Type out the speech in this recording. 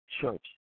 church